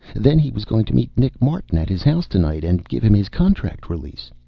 then he was going to meet nick martin at his house tonight and give him his contract release.